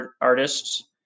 artists